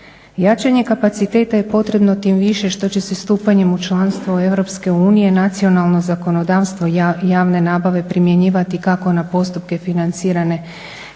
Jačanje kapaciteta je potrebno tim više što će se stupanjem u članstvo Europske unije nacionalno zakonodavstvo javne nabave primjenjivati kako na postupke financirane